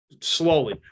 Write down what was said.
Slowly